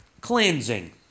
cleansing